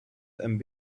and